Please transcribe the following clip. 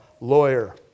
lawyer